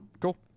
Cool